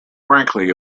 frankly